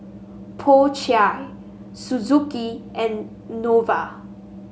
Po Chai Suzuki and Nova